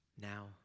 now